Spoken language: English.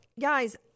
Guys